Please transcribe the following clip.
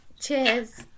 cheers